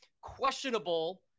questionable